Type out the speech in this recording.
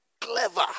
clever